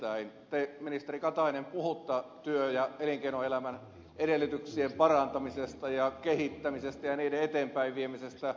te ministeri katainen puhutte työ ja elinkeinoelämän edellytyksien parantamisesta ja kehittämisestä ja niiden eteenpäinviemisestä